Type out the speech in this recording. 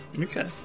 Okay